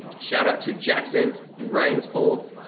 shout-out to jackson reinsvold.